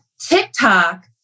TikTok